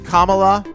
Kamala